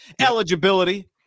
Eligibility